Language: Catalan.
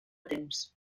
temps